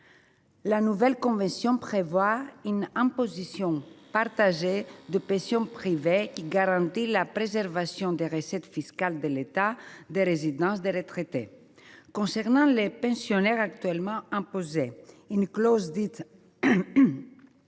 La nouvelle convention prévoit une imposition partagée des pensions privées, qui garantit la préservation des recettes fiscales de l’État de résidence des retraités. Concernant les pensionnés actuellement imposés, une clause dite du